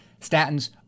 statins